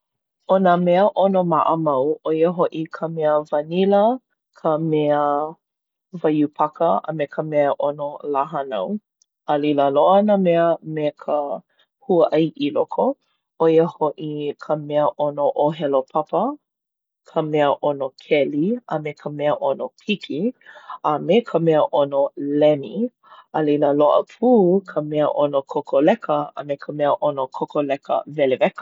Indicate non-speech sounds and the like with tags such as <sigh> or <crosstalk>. ʻO nā meaʻono maʻamau ʻo ia hoʻi ka mea wanila, ka mea <hesitation> waiū paka, a me ka meaʻono lā hānau. A leila loaʻa nā mea me ka huaʻai i loko. ʻO ia hoʻi ka meaʻono ʻōhelo papa, ka meaʻono keli, a me ka meaʻono piki, a me ka meaʻono lemi. A leila loaʻa pū ka meaʻono kokoleka a me ka meaʻono kokoleka weleweka.